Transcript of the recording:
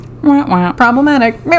problematic